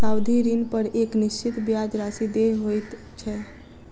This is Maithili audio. सावधि ऋणपर एक निश्चित ब्याज राशि देय होइत छै